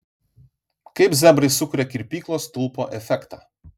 kaip zebrai sukuria kirpyklos stulpo efektą